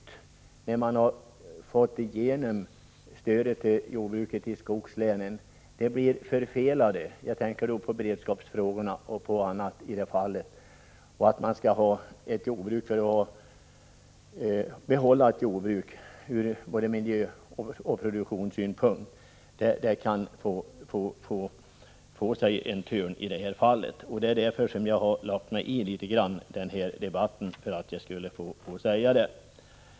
När man fastställt stödet till jordbruket i skogslänen har man beaktat beredskapssynpunkterna och det förhållandet att vi vill behålla jordbruken både ur miljöoch produktionssynpunkt. Vi riskerar nu att dessa syften inte uppfylls. Det är för att säga detta, som jag har lagt mig i denna debatt.